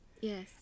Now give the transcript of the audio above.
Yes